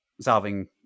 solving